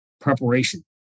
preparation